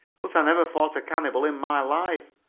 but i never fought a cannibal in my life,